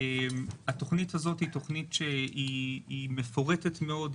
התוכנית הזאת היא תוכנית מפורטת מאוד,